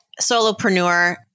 solopreneur